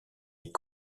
est